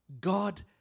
God